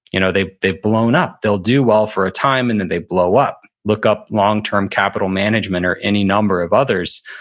you know they've they've blown up. they'll do well for a time, and then they blow up. look up long-term capital management or any number of others.